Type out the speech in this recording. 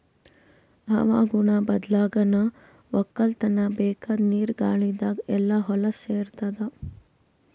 ಹವಾಗುಣ ಬದ್ಲಾಗನಾ ವಕ್ಕಲತನ್ಕ ಬೇಕಾದ್ ನೀರ ಗಾಳಿದಾಗ್ ಎಲ್ಲಾ ಹೊಲಸ್ ಸೇರತಾದ